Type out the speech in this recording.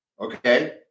Okay